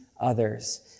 others